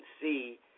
see